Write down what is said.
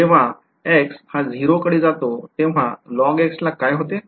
जेव्हा x हा 0 कडे जातो तेव्हा log ला काय होते